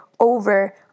over